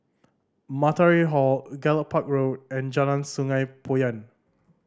Matahari Hall Gallop Park Road and Jalan Sungei Poyan